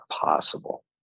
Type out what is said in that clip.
possible